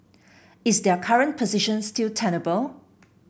is their current position still tenable